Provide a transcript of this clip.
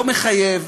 לא מחייב,